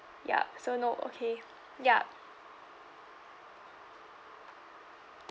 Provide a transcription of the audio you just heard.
ya so no okay yup